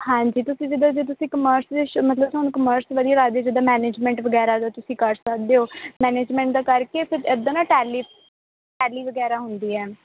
ਹਾਂਜੀ ਤੁਸੀਂ ਜਿੱਦਾਂ ਜੇ ਤੁਸੀਂ ਕਮਰਸ ਦੇ ਮਤਲਬ ਤੁਹਾਨੂੰ ਕਮਰਸ ਵਧੀਆ ਲੱਗਦੀ ਜਿੱਦਾਂ ਮੈਨੇਜਮੈਂਟ ਵਗੈਰਾ ਜੋ ਤੁਸੀਂ ਕਰ ਸਕਦੇ ਹੋ ਮੈਨੇਜਮੈਂਟ ਦਾ ਕਰਕੇ ਫਿਰ ਇੱਦਾਂ ਨਾ ਟੈਲੀ ਟੈਲੀ ਵਗੈਰਾ ਹੁੰਦੀ ਹੈ